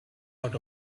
out